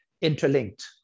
interlinked